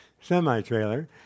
semi-trailer